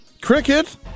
cricket